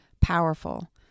powerful